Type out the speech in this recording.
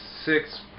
six